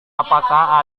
apakah